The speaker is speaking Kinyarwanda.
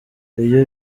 iyo